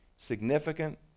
significant